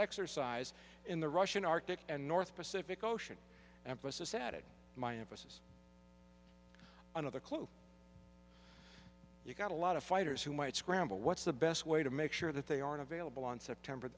exercise in the russian arctic and north pacific ocean emphasis added my emphasis another clue you've got a lot of fighters who might scramble what's the best way to make sure that they aren't available on september